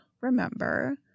remember